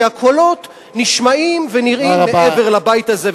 כי הקולות נשמעים ונראים מעבר לבית הזה,